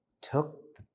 took